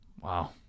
Wow